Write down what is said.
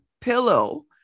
pillow